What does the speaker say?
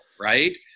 right